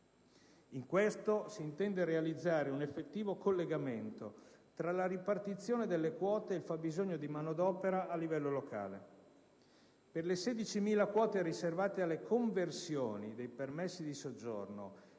In questo, si intende realizzare un effettivo collegamento tra la ripartizione delle quote ed il fabbisogno di manodopera a livello locale. Per le 16.000 quote riservate alle conversioni dei permessi di soggiorno